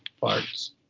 parts